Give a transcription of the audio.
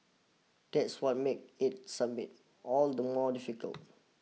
that's what make it summit all the more difficult